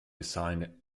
designed